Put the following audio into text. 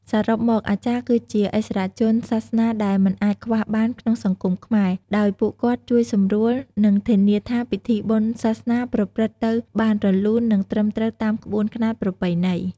សរុបមក អាចារ្យគឺជាឥស្សរជនសាសនាដែលមិនអាចខ្វះបានក្នុងសង្គមខ្មែរ ដោយពួកគាត់ជួយសម្រួល និងធានាថាពិធីបុណ្យសាសនាប្រព្រឹត្តទៅបានរលូន និងត្រឹមត្រូវតាមក្បួនខ្នាតប្រពៃណី។